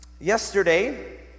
Yesterday